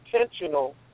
intentional